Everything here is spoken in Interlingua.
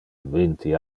vinti